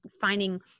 finding